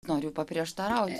noriu paprieštarauti